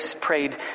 prayed